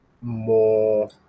more